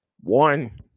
One